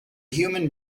human